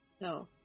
no